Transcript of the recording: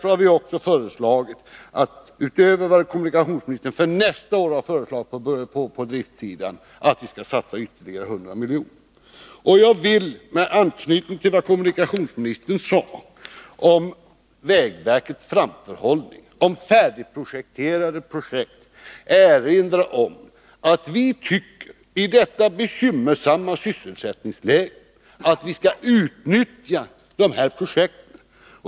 Vi har också föreslagit att man skall satsa ytterligare 100 milj.kr. på driftsidan, utöver det som kommunikationsministern har föreslagit för nästa år. Med anknytning till vad kommunikationsministern sade om vägverkets framförhållning, om färdigplanerade projekt, vill jag erinra om att vi tycker att man i detta bekymmersamma sysselsättningläge skall utnyttja dessa projekt.